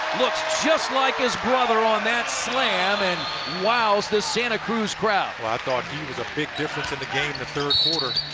looks just like his brother on that slam and wows the santa cruz crowd. i thought he was a big difference in the game the third quarter.